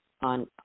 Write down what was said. on